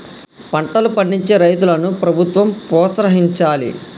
పంటలు పండించే రైతులను ప్రభుత్వం ప్రోత్సహించాలి